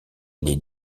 les